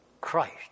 Christ